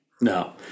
No